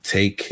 Take